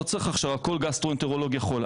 לא צריך הכשרה, כל גסטרואנטרולוג יכול.